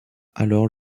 alors